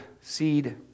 seed